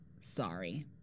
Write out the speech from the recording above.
Sorry